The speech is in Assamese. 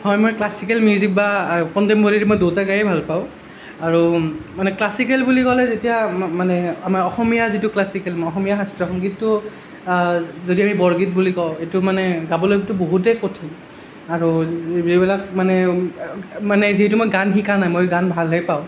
হয় মই ক্লাছিকেল মিউজিক বা কন্টেম্পৰীৰ মই দুয়োটা গাইয়ে ভাল পাওঁ আৰু মানে ক্লাছিকেল বুলি ক'লে যেতিয়া মানে আমাৰ অসমীয়া যিটো ক্লাছিকেল অসমীয়া শাস্ত্ৰীয় সংগীতটো যদি আমি বৰগীত বুলি কওঁ এইটো মানে গাবলৈ বহুতে কঠিন আৰু যিবিলাক মানে মানে যিহেতু মই গান শিকা নাই মই গান ভালহে পাওঁ